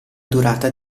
durata